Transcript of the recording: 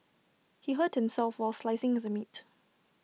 he hurt himself while slicing the meat